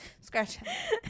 Scratch